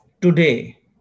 today